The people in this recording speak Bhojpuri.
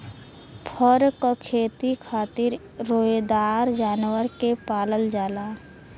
फर क खेती खातिर रोएदार जानवर के पालल जाला